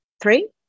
three